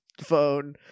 phone